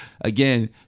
again